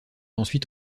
ensuite